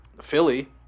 Philly